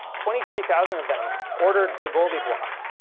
twenty three thousand of them ordered the goldie blox,